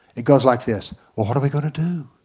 it goes like this what what are we going to do?